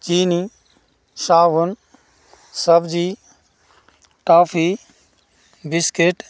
चीनी साबुन सब्जी टॉफी बिस्किट